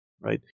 right